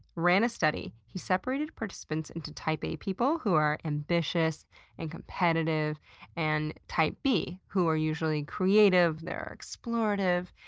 ran a study. he separated participants into type a people who are ambitious and competitive and type b, who are usually creative, they're explorative.